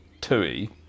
tui